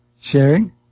sharing